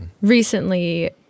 recently